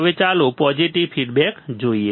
હવે ચાલો positive feedback જોઈએ